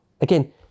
Again